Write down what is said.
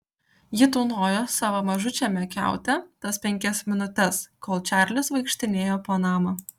ji tūnojo savo mažučiame kiaute tas penkias minutes kol čarlis vaikštinėjo po namą